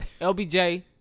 LBJ